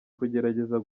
kugerageza